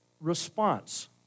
response